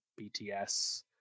BTS